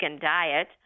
diet